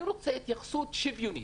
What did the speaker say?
אני רוצה התייחסות שוויונית.